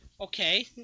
Okay